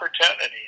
opportunity